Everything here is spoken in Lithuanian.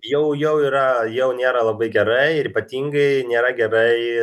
jau jau yra jau nėra labai gerai ir ypatingai nėra gerai